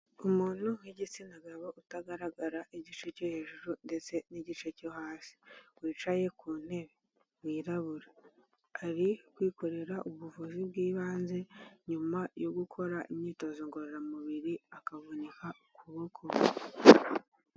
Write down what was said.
Umuntu w'igitsina gabo utagaragara igice cyo hejuru ndetse n'igice cyo hasi, wicaye ku ntebe, wirabura. Ari kwikorera ubuvuzi bw'ibanze, nyuma yo gukora imyitozo ngororamubiri akavunika ukuboko.